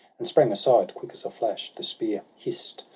and sprang aside, quick as a flash the spear hiss'd,